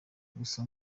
gusa